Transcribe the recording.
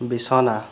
বিছনা